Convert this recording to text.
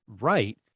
right